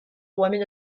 woman